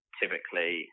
typically